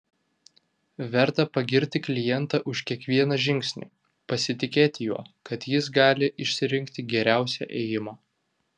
verta pagirti klientą už kiekvieną žingsnį pasitikėti juo kad jis gali išsirinkti geriausią ėjimą